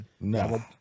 No